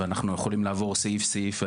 ואנחנו יכולים לעבור סעיף סעיף,